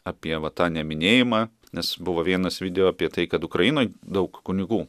apie va tą neminėjimą nes buvo vienas video apie tai kad ukrainoj daug kunigų